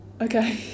okay